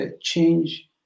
change